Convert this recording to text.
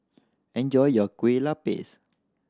enjoy your Kueh Lapis